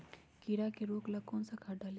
कीड़ा के रोक ला कौन सा खाद्य डाली?